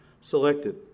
selected